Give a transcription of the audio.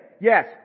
Yes